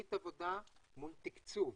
תכנית עבודה מול תקצוב.